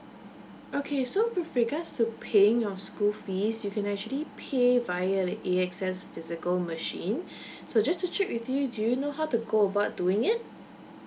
okay so with regards to paying your school fees you can actually pay via the A_X_S physical machine so just to check with you do you know how to go about doing it